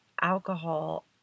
alcohol